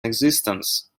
existence